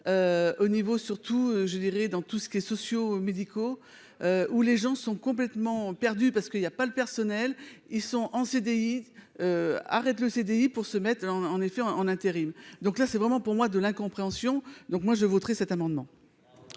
au niveau surtout je dirais dans tout ce qui est sociaux, médicaux, où les gens sont complètement perdu parce qu'il y a pas le personnel, ils sont en CDI, arrête le CDI pour se mettre en en effet en intérim, donc là c'est vraiment pour moi de l'incompréhension, donc moi je voterai cet amendement.